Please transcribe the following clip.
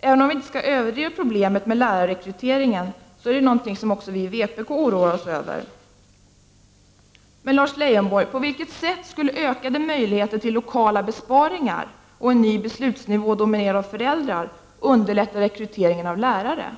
Även om vi inte skall överdriva problemet med lärarrekryteringen, är det något som även vi i vpk oroar oss över. Men, Lars Leijonborg, på vilket sätt skulle ökade möjligheter till lokala besparingar och en ny beslutsnivå, dominerad av föräldrar, underlätta rekryteringen av lärare?